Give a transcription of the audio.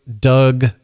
Doug